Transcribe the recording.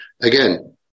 Again